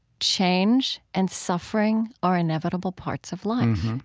change and suffering are inevitable parts of life.